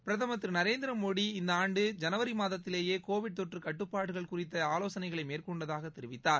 பிரதமர் திரு நரேந்திர மோடி இந்த ஆண்டு ஜனவரி மாதத்திலேயே கோவிட் தொற்று கட்டுப்பாடுகள் குறித்த ஆலோசனைகளை மேற்கொண்டதாக தெரிவித்தார்